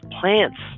plants